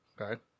Okay